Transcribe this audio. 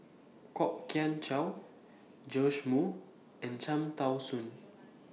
Kwok Kian Chow Joash Moo and Cham Tao Soon